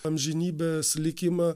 amžinybės likimą